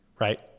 Right